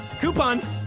Coupons